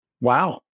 wow